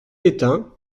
étain